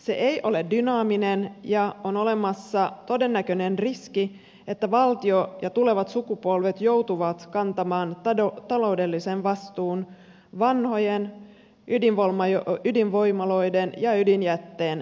se ei ole dynaaminen ja on olemassa todennäköinen riski että valtio ja tulevat sukupolvet joutuvat kantamaan taloudellisen vastuun vanhojen ydinvoimaloiden ja ydinjätteen käsittelystä